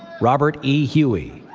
robert e. huie,